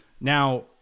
Now